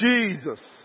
Jesus